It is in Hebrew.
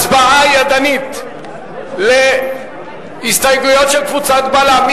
הצבעה ידנית על ההסתייגויות של קבוצת בל"ד,